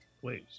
please